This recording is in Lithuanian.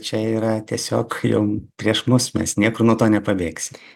čia yra tiesiog jau prieš mus mes niekur nuo to nepabėgsim